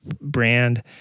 brand